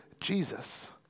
Jesus